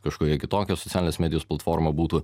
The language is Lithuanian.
kažkokią kitokią socialinės medijos platformą būtų